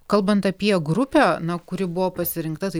kalbant apie grupę na kuri buvo pasirinkta tai